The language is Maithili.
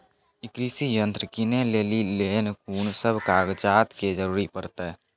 ई कृषि यंत्र किनै लेली लेल कून सब कागजात के जरूरी परतै?